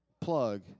plug